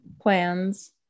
Plans